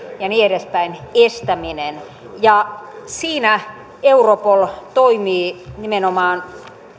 ja niin edespäin estäminen ja siinä europol toimii nimenomaan